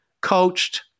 coached